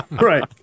right